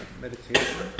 meditation